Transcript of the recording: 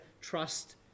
trust